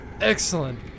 Excellent